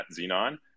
Xenon